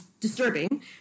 disturbing